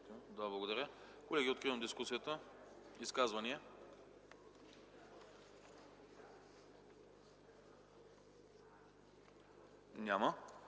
Благодаря. Колеги, откривам дискусията. Изказвания? Няма.